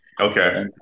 Okay